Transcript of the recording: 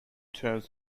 terms